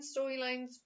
storylines